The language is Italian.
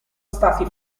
stati